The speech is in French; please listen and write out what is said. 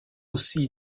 aussi